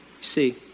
See